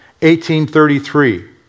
1833